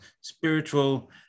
spiritual